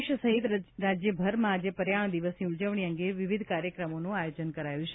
દેશસહિત રાજ્યભરમાં આજે પર્યાવરણ દિવસની ઉજવણી અંગે વિવિધ કાર્યક્રમોનું આયોજન કરાયું છે